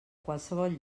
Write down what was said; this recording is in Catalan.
qualsevol